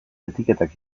etiketak